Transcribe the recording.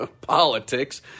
politics